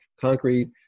concrete